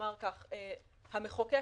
המחוקק